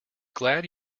glad